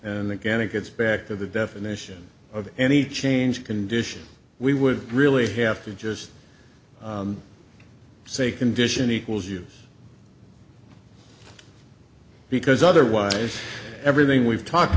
and again it gets back to the definition of any change condition we would really have to just say condition equals you because otherwise everything we've talked